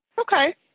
Okay